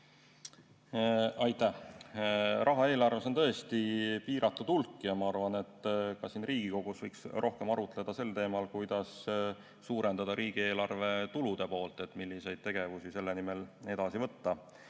Aitäh! Raha on eelarves tõesti piiratud hulk. Ma arvan, et ka siin Riigikogus võiks rohkem arutleda sel teemal, kuidas suurendada riigieelarve tulude poolt, milliseid tegevusi selle nimel ette võtta.